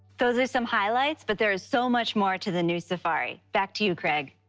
those are some highlights, but there is so much more to the new safari. back to you, craig.